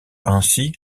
ainsi